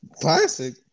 classic